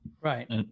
Right